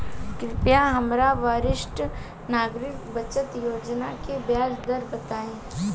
कृपया हमरा वरिष्ठ नागरिक बचत योजना के ब्याज दर बताई